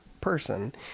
person